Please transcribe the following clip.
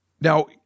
Now